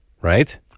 right